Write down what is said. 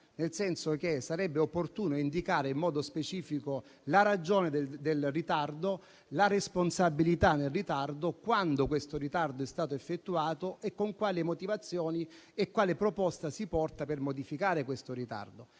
nel senso che sarebbe opportuno indicare in modo specifico la ragione e la responsabilità del ritardo, quando quest'ultimo è stato effettuato, con quali motivazioni e quale proposta si porta per modificarlo. Procedendo